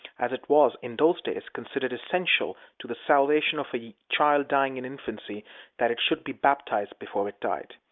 as it was, in those days, considered essential to the salvation of a child dying in infancy that it should be baptized before it died.